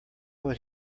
would